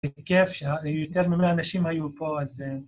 זה כיף שיותר מאמה אנשים היו פה אצלנו